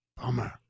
Bummer